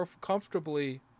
comfortably